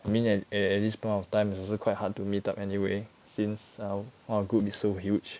I mean a~ at this point of time 也是 quite hard to meet up anyway since err one group is so huge